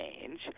change –